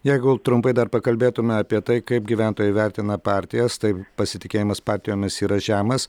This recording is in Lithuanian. jeigu trumpai dar pakalbėtume apie tai kaip gyventojai vertina partijas tai pasitikėjimas partijomis yra žemas